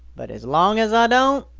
but as long as ah don't,